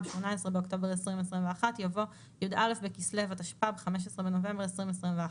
(18 באוקטובר 2021) "יבוא י"א בכסלו התשפ"ב (15 בנובמבר 2021)